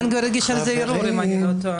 בן גביר הגיש על זה ערעור אם אני לא טועה.